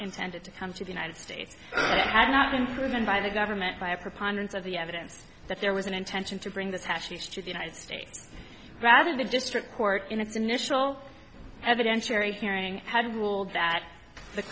intended to come to the united states had not been proven by the government by a preponderance of the evidence that there was an intention to bring this hashi's to the united states rather the district court in its initial evidentiary hearing had ruled that the